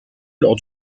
lors